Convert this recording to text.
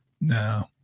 No